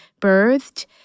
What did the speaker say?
birthed